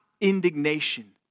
indignation